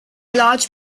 large